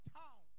town